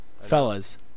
Fellas